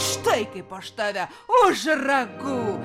štai kaip aš tave už ragų